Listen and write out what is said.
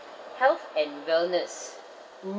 health and wellness mm